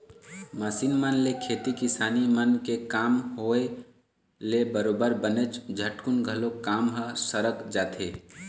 machine मन ले खेती किसानी मन के काम होय ले बरोबर बनेच झटकुन घलोक काम ह सरक जाथे